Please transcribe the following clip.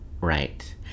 Right